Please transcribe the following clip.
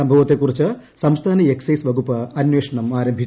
സംഭവത്തെക്കുറിച്ച് സംസ്ഥാന എക്സൈസ് വകുപ്പ് അന്വേഷണം തുടങ്ങി